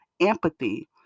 Empathy